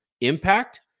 impact